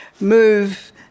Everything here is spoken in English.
move